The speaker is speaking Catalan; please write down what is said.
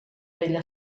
vella